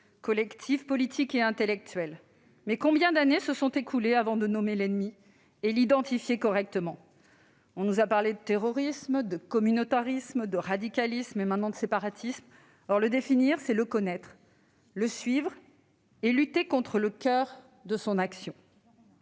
collectif politique et intellectuel. Mais combien d'années se sont écoulées avant de nommer l'ennemi et l'identifier correctement ? On nous a parlé de terrorisme, de communautarisme, de radicalisme et maintenant de séparatisme. Or le définir, c'est le connaître, le suivre et lutter contre le coeur de son action.